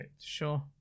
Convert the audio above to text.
sure